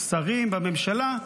שרים בממשלה,